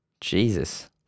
Jesus